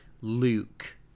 Luke